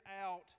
out